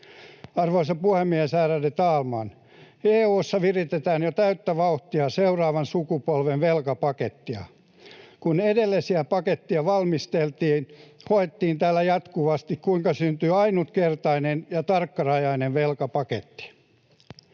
Arvoisa puhemies, ärade talman! EU:ssa viritetään jo täyttä vauhtia seuraavan sukupolven velkapakettia. Kun edellisiä paketteja valmisteltiin, hoettiin täällä jatkuvasti, kuinka syntyy ainutkertainen ja tarkkarajainen velkapaketti.